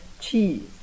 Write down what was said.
cheese